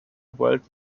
world